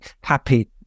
happy